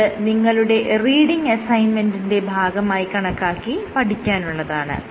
ഇത് നിങ്ങളുടെ റീഡിങ് അസൈൻമെന്റിന്റെ ഭാഗമായി കണക്കാക്കി പഠിക്കാനുള്ളതാണ്